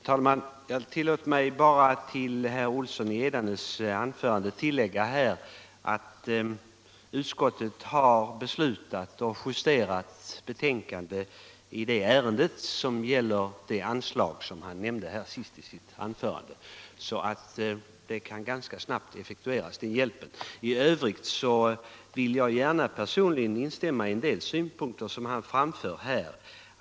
Herr talman! Låt mig bara till vad herr Olsson i Edane sagt tillägga att jordbruksutskottet har justerat betänkandet angående de anslag han nämnde sist i sitt anförande. Den hjälpen kan alltså ganska snabbt effektueras. i) I övrigt vill jag personligen gärna instämma i en del synpunkter som herr Olsson framförde.